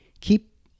keep